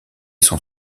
son